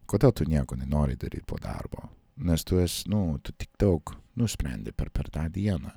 kodėl tu nieko nenori daryt po darbo nes tu es nu tu tik daug nusprendi per per tą dieną